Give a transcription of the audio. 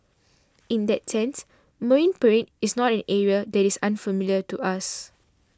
in that sense Marine Parade is not an area that is unfamiliar to us